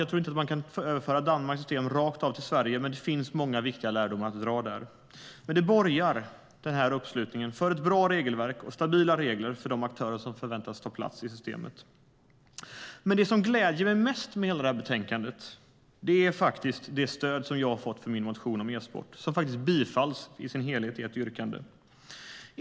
Jag tror inte att man kan överföra Danmarks system rakt av till Sverige, men det finns många viktiga lärdomar att dra där. Uppslutningen borgar dock för ett bra regelverk och stabila regler för de aktörer som förväntas ta plats i systemet. Det som gläder mig mest med hela betänkandet är dock det stöd jag fått för min motion om e-sport, som bifalls i sin helhet i ett yrkande.